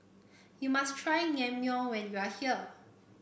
you must try Naengmyeon when you are here